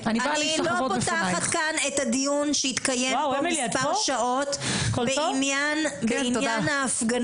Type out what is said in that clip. אני לא פותחת כאן את הדיון שהתנהל במשך מספר שעות בעניין ההפגנות.